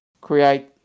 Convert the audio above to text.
create